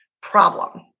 problem